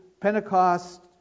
Pentecost